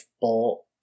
Bolt